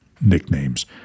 nicknames